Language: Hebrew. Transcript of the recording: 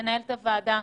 מנהלת הוועדה,